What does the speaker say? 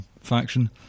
faction